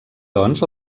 doncs